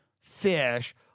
fish